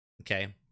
Okay